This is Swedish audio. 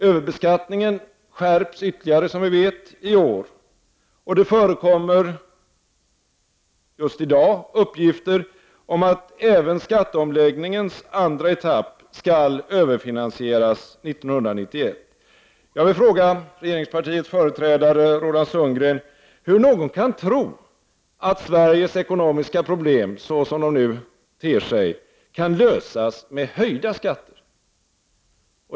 Överbeskattningen skärps ytterligare i år som vi vet. Det förekommer just i dag uppgifter om att även skatte omläggningens andra etapp skall överfinansieras 1991. Jag vill fråga regeringspartiets företrädare Roland Sundgren hur någon kan tro att Sveriges ekonomiska problem, såsom de nu ter sig, kan lösas med höjda skatter.